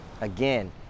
Again